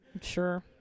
Sure